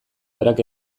berak